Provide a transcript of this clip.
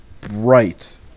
bright